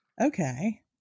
Okay